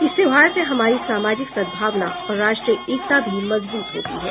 इस त्योहार से हमारी सामाजिक सद्भावना और राष्ट्रीय एकता भी मजबूत होती है